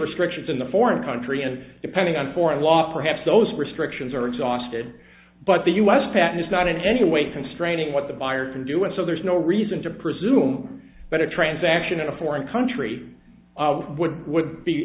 restrictions in the foreign country and depending on foreign law perhaps those restrictions are exhausted but the u s patent is not in any way constraining what the buyer can do and so there's no reason to presume but a transaction in a foreign country would would be